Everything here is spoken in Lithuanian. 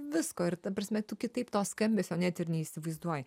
visko ir ta prasme tu kitaip to skambesio net ir neįsivaizduoji